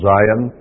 Zion